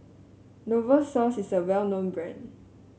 Novosource is a well known brand